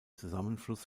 zusammenfluss